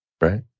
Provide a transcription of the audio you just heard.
Right